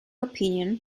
opinion